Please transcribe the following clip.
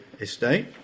estate